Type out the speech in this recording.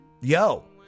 Yo